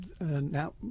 now